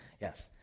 yes